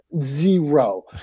zero